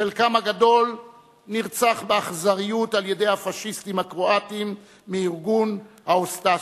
חלקם הגדול נרצח באכזריות על-ידי הפאשיסטים הקרואטים מארגון ה"אוסטשה".